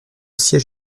siège